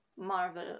Marvel